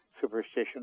superstition